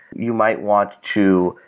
you might want to,